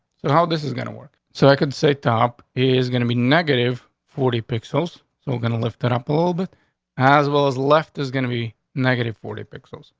and how this is gonna work so i could say top is gonna be negative. forty pixels. so we're gonna lift it up a little bit but as well as left is gonna be negative. forty pixels.